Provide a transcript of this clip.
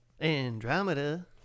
Andromeda